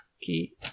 Key